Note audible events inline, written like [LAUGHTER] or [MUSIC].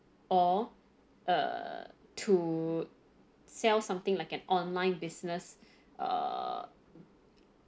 or err to sell something like an online business [BREATH] err